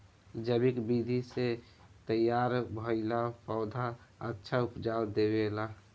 जैविक विधि से तैयार भईल पौधा अच्छा उपज देबेला